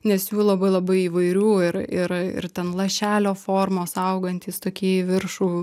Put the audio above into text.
nes jų labai labai įvairių ir ir ir ten lašelio formos augantys tokie į viršų